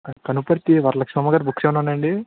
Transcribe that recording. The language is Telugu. కనుపర్తి వరలక్ష్మ గారి బుక్స్ ఏమైనా ఉన్నానండి